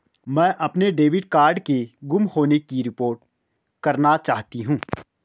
मैं अपने debit card के गुम होने की रिपोर्ट करना चाहती हूँ